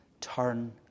turn